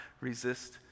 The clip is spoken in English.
Resist